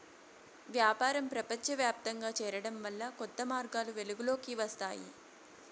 వ్యాపారం ప్రపంచవ్యాప్తంగా చేరడం వల్ల కొత్త మార్గాలు వెలుగులోకి వస్తాయి